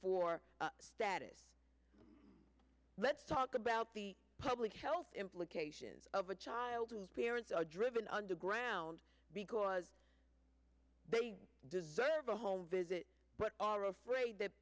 for status let's talk about the public health implications of a child whose parents are driven underground because they deserve a home visit but are afraid that